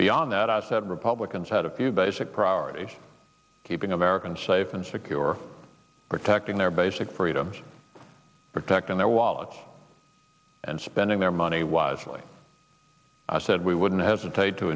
beyond that i said republicans had a few basic priorities keeping americans safe and secure protecting their basic freedoms protecting their wallets and spending their money wisely said we wouldn't hesitate to